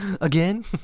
Again